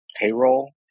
payroll